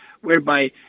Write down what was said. whereby